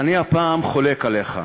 אני הפעם חולק עליך.